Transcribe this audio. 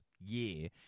year